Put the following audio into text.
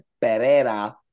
Pereira